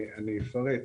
ואני אפרט.